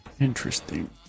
Interesting